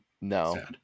No